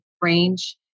range